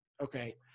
okay